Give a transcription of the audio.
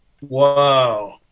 Wow